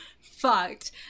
fucked